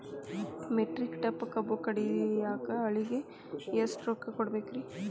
Metric ton ಕಬ್ಬು ಕಡಿಯಾಕ ಆಳಿಗೆ ಎಷ್ಟ ರೊಕ್ಕ ಕೊಡಬೇಕ್ರೇ?